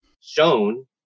shown